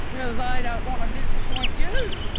because i don't want to disappoint you.